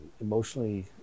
emotionally